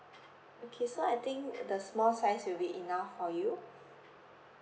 okay so I think the small size will be enough for you